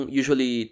usually